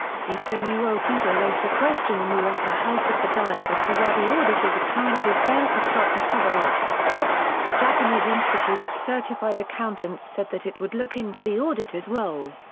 tsutomu okubo raised a question in the upper house of the diet as to why the auditors apparently failed to stop the cover-up the japanese institute of certified accountants said that it would look into the auditors' role.